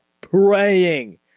Praying